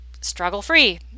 struggle-free